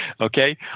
Okay